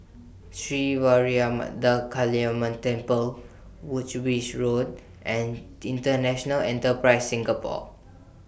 Sri Vairavimada Kaliamman Temple Woolwich Road and International Enterprise Singapore